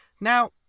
Now